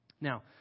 Now